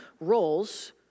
roles